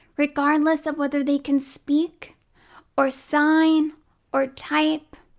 regardless of whether they can speak or sign or type,